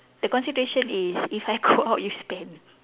the consideration is if I go out you spend